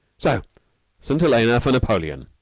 so st. helena for napoleon.